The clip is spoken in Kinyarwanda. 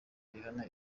rihana